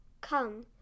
come